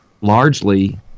largely